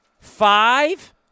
Five